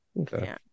okay